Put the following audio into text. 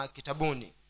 Kitabuni